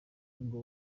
ngo